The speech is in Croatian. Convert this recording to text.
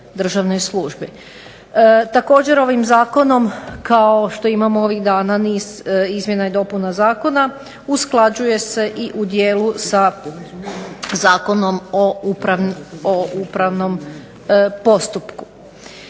Također ovim zakonom kao što imamo ovih dana niz izmjena i dopuna Zakona usklađuje se i u dijelu sa zakonom o upravnom postupku.